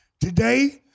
Today